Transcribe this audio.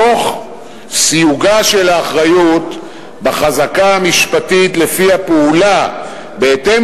תוך סיוגה של האחריות בחזקה המשפטית שלפיה פעולה בהתאם